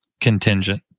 contingent